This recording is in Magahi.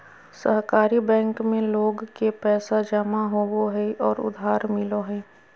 सहकारी बैंक में लोग के पैसा जमा होबो हइ और उधार मिलो हइ